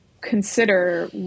consider